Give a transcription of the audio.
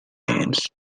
means